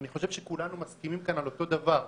אני חושב שכולנו מסכימים כאן על אותו דבר.